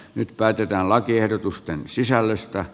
nyt päätetään lakiehdotusten sisällöstä